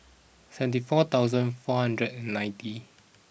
seventy four thousand four hundred and ninety